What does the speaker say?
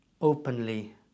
openly